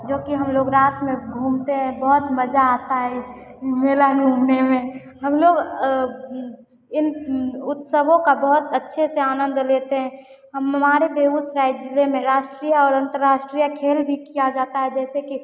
जोकि हमलोग रात में घूमते हैं बहुत मज़ा आता है मेला घूमने में हमलोग इन उत्सवों का बहुत अच्छे से आनन्द लेते हैं हमारे बेगूसराय ज़िले में राष्ट्रीय और अंतर्राष्ट्रीय खेल भी किए जाते हैं जैसे कि